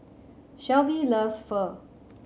Shelvie loves Pho